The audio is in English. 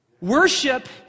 Worship